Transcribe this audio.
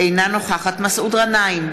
אינה נוכחת מסעוד גנאים,